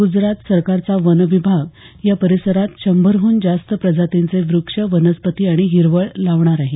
गुजरात सरकारचा वनविभाग या परिसरात शंभरहून जास्त प्रजातींचे वृक्ष वनस्पती आणि हिरवळ लावणार आहे